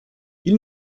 ils